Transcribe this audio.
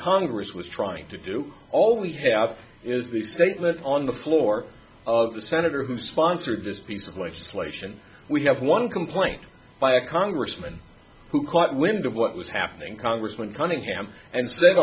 congress was trying to do all we have is the statement on the floor of a senator who sponsored this piece of legislation we have one complaint by a congressman who caught wind of what was happening congressman cunningham and said